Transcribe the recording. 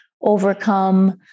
overcome